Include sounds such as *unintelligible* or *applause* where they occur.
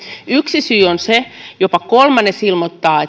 yksi syy on jopa kolmannes ilmoittaa *unintelligible*